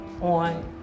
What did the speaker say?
on